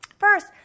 First